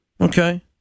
Okay